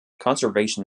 conservation